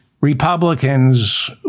Republicans